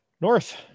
North